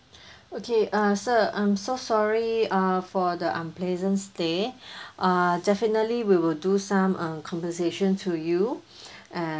okay err sir I'm so sorry err for the unpleasant stay uh definitely we will do some uh conversation to you and